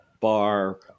bar